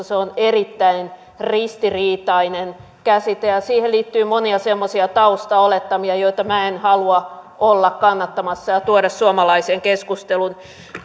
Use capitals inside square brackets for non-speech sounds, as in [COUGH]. [UNINTELLIGIBLE] se on erittäin ristiriitainen käsite ja siihen liittyy monia semmoisia taustaolettamia joita minä en halua olla kannattamassa ja tuoda suomalaiseen keskusteluun